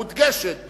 מודגשת,